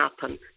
happen